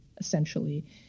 essentially